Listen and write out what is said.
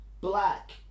black